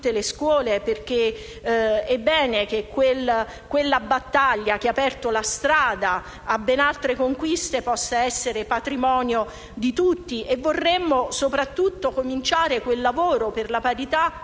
perché è bene che questa battaglia, che ha aperto la strada a ben altre conquiste, possa essere patrimonio di tutti. Vorremmo soprattutto cominciare il lavoro per la parità